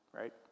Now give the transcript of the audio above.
right